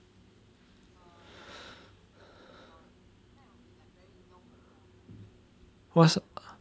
what s~